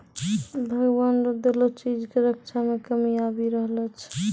भगवान रो देलो चीज के रक्षा मे कमी आबी रहलो छै